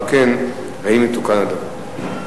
2. אם כן, האם יתוקן הדבר?